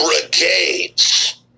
brigades